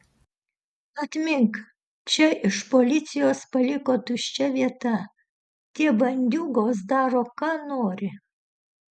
atmink čia iš policijos paliko tuščia vieta tie bandiūgos daro ką nori